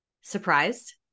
surprised